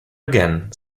again